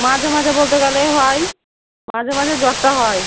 মাঝে মাঝে বলতে গেলে হয় মাঝে মাঝে জ্বরটা হয়